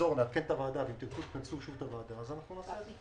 נחזור ונעדכן את הוועדה ותכנסו שוב את הוועדה אז אנחנו נבוא.